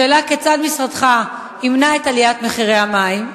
רצוני לשאול: 1. כיצד ימנע משרדך את עליית מחירי המים?